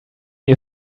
you